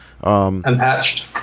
Unpatched